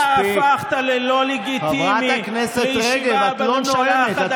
חתיכת נוכל ושקרן?